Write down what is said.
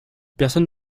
personne